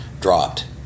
dropped